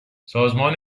سازمان